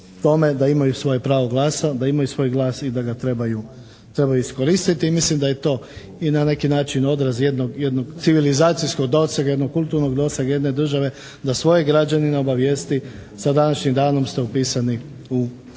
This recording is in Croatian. da imaju svoje pravo glasa, da imaju svoj glas i da ga trebaju iskoristiti. I mislim da je to i na neki način odraz jednog civilizacijskog dosega, jednog kulturnog dosega jedne države da svoje građanine obavijesti, sa današnjim danom ste upisani u popis